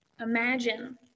Imagine